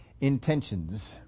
intentions